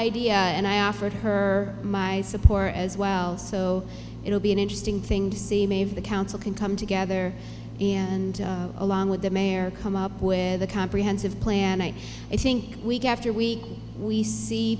idea and i offered her my support as well so it will be an interesting thing to see may have the council can come together and along with the mayor come up with a comprehensive plan and i think week after week we see